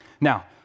Now